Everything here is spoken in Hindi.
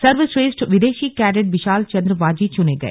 सर्वश्रेष्ठ विदेशी कैडेट बिशाल चंद्र वाजी चुने गए